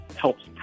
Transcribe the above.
helps